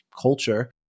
culture